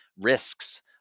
risks